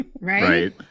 Right